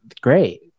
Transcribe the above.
great